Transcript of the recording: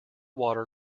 water